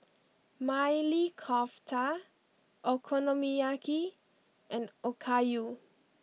Maili Kofta Okonomiyaki and Okayu